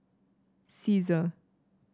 Cesar